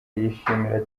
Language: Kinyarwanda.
yishimiye